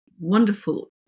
wonderful